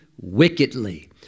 wickedly